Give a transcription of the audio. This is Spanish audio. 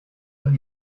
los